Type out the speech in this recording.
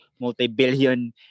multi-billion